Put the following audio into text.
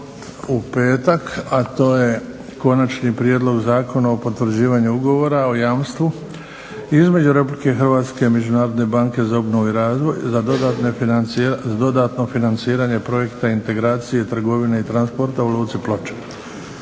u petak, a to je - Konačni prijedlog Zakona o potvrđivanju Ugovora o jamstvu između Republike Hrvatske i Međunarodne banke za obnovu i razvoj za dodatno financiranje "Projekta integracije trgovine i transporta" u Luci Ploče,